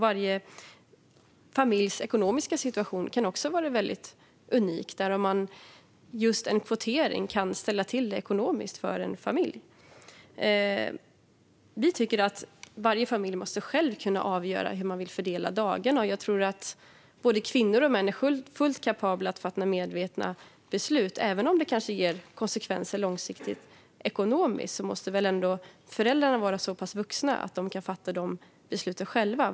Varje familjs ekonomiska situation kan också vara mycket unik. Just en kvotering kan ställa till det ekonomiskt för en familj. Vi tycker att varje familj själv måste kunna avgöra hur den vill fördela dagarna. Jag tror att både kvinnor och män är fullt kapabla att fatta medvetna beslut. Även om det långsiktigt kanske ger konsekvenser ekonomiskt måste väl ändå föräldrarna vara så pass vuxna att de kan fatta dessa beslut själva.